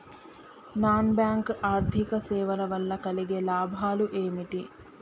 Non bank ఆర్థిక సేవల వల్ల కలిగే లాభాలు ఏమిటి?